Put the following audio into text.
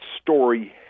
story